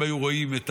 שהם היו רואים את